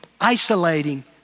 isolating